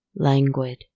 Languid